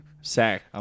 Sack